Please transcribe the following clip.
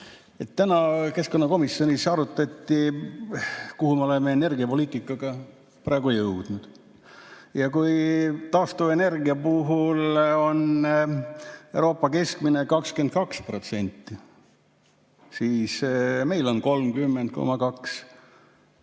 Täna keskkonnakomisjonis arutati, kuhu me oleme energiapoliitikaga jõudnud. Kui taastuvenergia puhul on Euroopa keskmine 22%, siis meil on 30,2%.